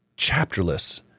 chapterless